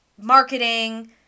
marketing